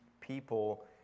people